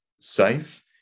safe